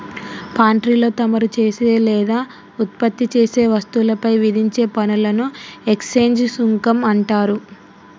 పాన్ట్రీలో తమరు చేసే లేదా ఉత్పత్తి చేసే వస్తువులపై విధించే పనులను ఎక్స్చేంజ్ సుంకం అంటారు